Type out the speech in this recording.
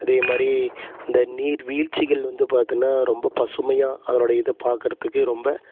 அதேமாதிரி அந்த நீர்வீழ்ச்சிகள் வந்து பார்த்தீகன்னா ரொம்ப பசுமையாக அதனுடைய இதை பார்க்கறதுக்கே ரொம்ப